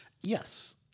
Yes